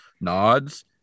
nods